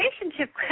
relationship